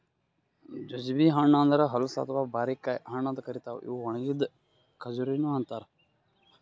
jujube ಹಣ್ಣ ಅಂದುರ್ ಹಲಸು ಅಥವಾ ಬಾರಿಕಾಯಿ ಹಣ್ಣ ಅಂತ್ ಕರಿತಾರ್ ಇವುಕ್ ಒಣಗಿದ್ ಖಜುರಿನು ಅಂತಾರ